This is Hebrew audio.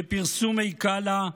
בפרסומי קלא,